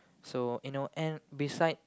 so you know and beside